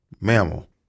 mammal